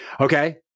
Okay